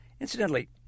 Incidentally